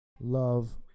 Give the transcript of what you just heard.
love